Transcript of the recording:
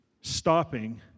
stopping